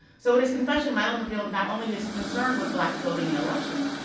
so, in his confession, milam revealed not only his concern with blacks voting in elections,